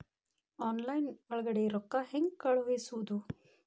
Online ಒಳಗಡೆ ರೊಕ್ಕ ಹೆಂಗ್ ಕಳುಹಿಸುವುದು?